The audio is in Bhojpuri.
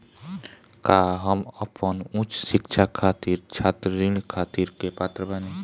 का हम अपन उच्च शिक्षा खातिर छात्र ऋण खातिर के पात्र बानी?